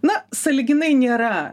na sąlyginai nėra